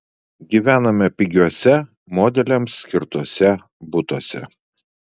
gyvenome pigiuose modeliams skirtuose butuose